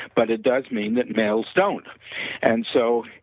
but it does mean that males don't and so,